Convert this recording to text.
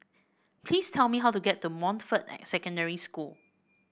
please tell me how to get to Montfort Secondary School